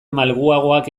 malguagoak